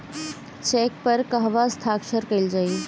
Check पर कहवा हस्ताक्षर कैल जाइ?